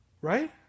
Right